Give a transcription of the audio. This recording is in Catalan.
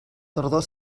tardor